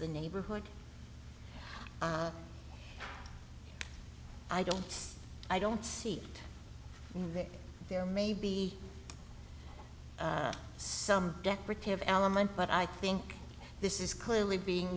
the neighborhood i don't i don't see that there may be some decorative element but i think this is clearly being